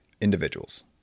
individuals